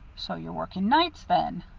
so you're working nights, then?